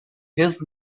his